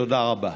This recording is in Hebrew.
תודה רבה.